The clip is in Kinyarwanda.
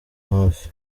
hafi